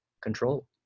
control